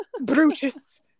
Brutus